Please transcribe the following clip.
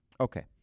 Okay